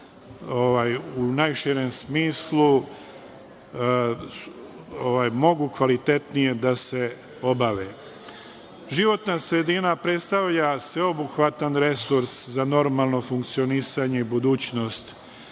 u najširem smislu, mogu kvalitetnije da se obave. Životna sredina predstavlja sveobuhvatan resurs za normalno funkcionisanje i budućnost